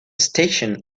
station